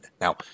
Now